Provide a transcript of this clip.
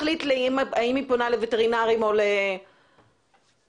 שתחליט האם היא פונה לווטרינרים או ליחידת הפיצו"ח?